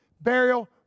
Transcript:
burial